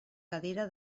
cadira